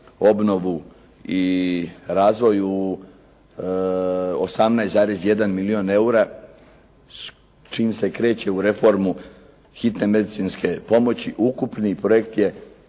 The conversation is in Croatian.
obnovu i razvoj u 18,1 milijun eura. Čini se kreće u reformu hitne medicinske pomoći, ukupni projekt je